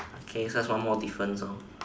okay just one more difference lor